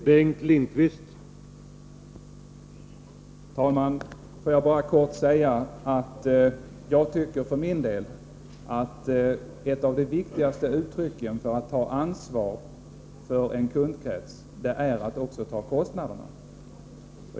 Herr talman! Får jag bara kort säga att jag tycker att ett av de viktigaste uttrycken för att man tar ansvar för en kundkrets är att också ta kostnaderna.